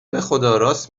بخداراست